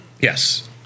Yes